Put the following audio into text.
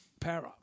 para